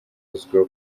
uzwiho